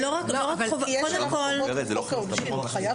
כולם ידעו שהוא עושה את זה,